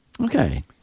Okay